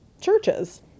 churches